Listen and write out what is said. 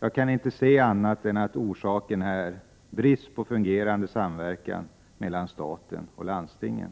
Jag kan inte förstå att orsaken är någon annan än brist på fungerande samverkan mellan staten och landstingen.